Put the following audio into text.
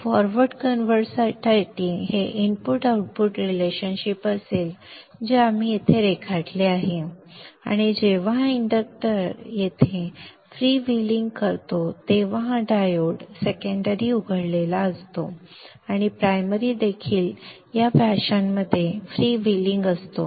तर फॉरवर्ड कन्व्हर्टरसाठी हे इनपुट आउटपुट संबंध असेल जे आम्ही येथे रेखाटले आहे आणि जेव्हा हा इंडक्टर येथे फ्रीव्हीलिंग करतो तेव्हा हा डायोड सेकंडरी उघडलेला असतो आणि प्रायमरी देखील या फॅशनमध्ये फ्रीव्हीलिंग असतो